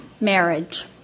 marriage